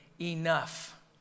enough